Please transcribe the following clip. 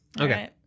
Okay